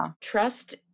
Trust